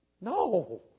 No